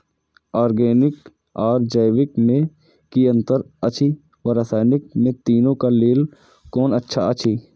Organic आर जैविक में कि अंतर अछि व रसायनिक में तीनो क लेल कोन अच्छा अछि?